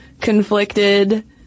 conflicted